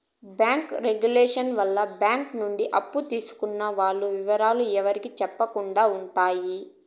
bank regulation వల్ల bank నుండి అప్పు తీసుకున్న వాల్ల ఇవరాలు ఎవరికి సెప్పకుండా ఉంటాయి